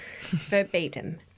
Verbatim